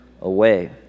away